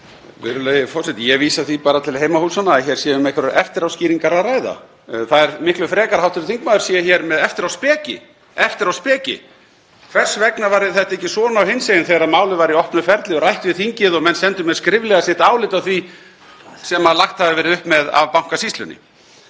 Virðulegi forseti. Ég vísa því bara til heimahúsanna að hér sé um einhverjar eftiráskýringar að ræða. Það er miklu frekar að hv. þingmaður sé hér með eftiráspeki. Hvers vegna var þetta ekki svona og hinsegin þegar málið var í opnu ferli og rætt við þingið og menn sendu mér skriflega sitt álit á því sem lagt hafði verið upp með af Bankasýslunni?